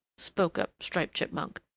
spoke up striped chipmunk.